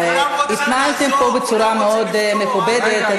התנהגתם פה בצורה מאוד מכובדת.